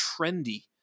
trendy